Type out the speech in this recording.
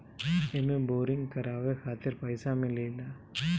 एमे बोरिंग करावे खातिर पईसा मिलेला